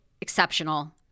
exceptional